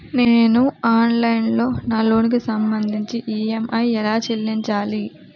నేను ఆన్లైన్ లో నా లోన్ కి సంభందించి ఈ.ఎం.ఐ ఎలా చెల్లించాలి?